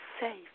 safe